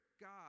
God